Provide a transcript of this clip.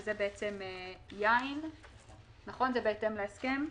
שזה יין וזה בהתאם להסכם.